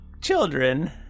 children